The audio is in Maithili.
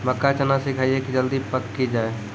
मक्का चना सिखाइए कि जल्दी पक की जय?